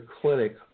clinic